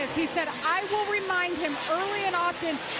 he set i will remind him early and often,